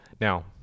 Now